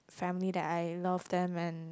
family that I love them and